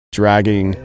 dragging